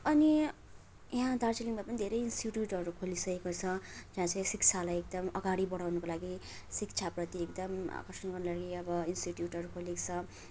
अनि यहाँ दार्जिलिङमा पनि धेरै इन्स्टिट्युटहरू खोलिसकेको छ जहाँ चाहिँ शिक्षालाई एकदम अगाडि बढाउनुको लागि शिक्षाप्रति एकदम आकर्षण गर्नुको लागि अब इन्टिट्युटहरू खोलिएको छ